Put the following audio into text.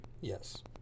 Yes